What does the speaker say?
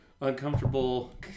uncomfortable